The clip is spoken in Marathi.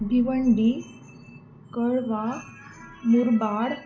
भिवंडी कळवा मुरबाड